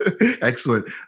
Excellent